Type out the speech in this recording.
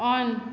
on